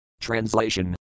Translation